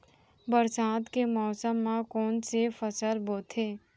बरसात के मौसम मा कोन से फसल बोथे?